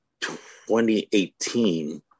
2018